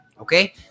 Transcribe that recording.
Okay